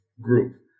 group